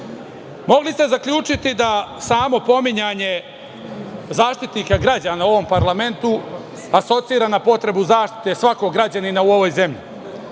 Mogli ste zaključiti da samo pominjanje Zaštitnika građana u ovom parlamentu asocira na potrebu zaštite svakog građanina u ovoj zemlji,